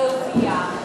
ראויה,